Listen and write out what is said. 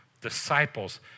disciples